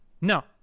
No